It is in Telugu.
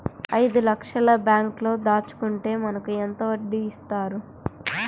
ఐదు లక్షల బ్యాంక్లో దాచుకుంటే మనకు ఎంత వడ్డీ ఇస్తారు?